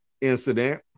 incident